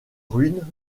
ruines